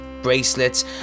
bracelets